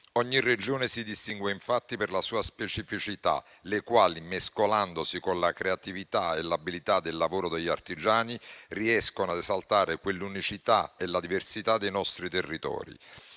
Ogni Regione si distingue, infatti, per le sue specificità, le quali, mescolandosi con la creatività e l'abilità del lavoro degli artigiani, riescono ad esaltare quell'unicità e la diversità dei nostri territori.